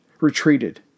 retreated